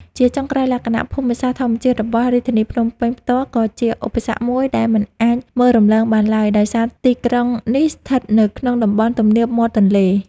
ជាចុងក្រោយ លក្ខណៈភូមិសាស្ត្រធម្មជាតិរបស់រាជធានីភ្នំពេញផ្ទាល់ ក៏ជាឧបសគ្គមួយដែលមិនអាចមើលរំលងបានឡើយ ដោយសារទីក្រុងនេះស្ថិតនៅក្នុងតំបន់ទំនាបមាត់ទន្លេ។